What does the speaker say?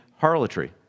harlotry